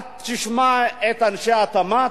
אל תשמע את אנשי התמ"ת,